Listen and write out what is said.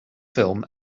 film